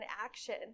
action